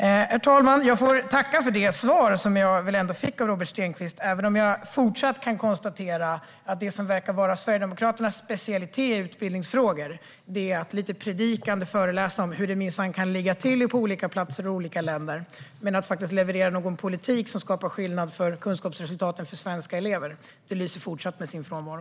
Herr talman! Jag får tacka för det svar jag ändå fick av Robert Stenkvist, även om jag även i fortsättningen kan konstatera att det som verkar vara Sverigedemokraternas specialitet i utbildningsfrågor är att lite predikande föreläsa om hur det minsann kan ligga till på olika platser i olika länder. Men att faktiskt leverera någon politik som gör skillnad för kunskapsresultaten för svenska elever lyser fortfarande med sin frånvaro.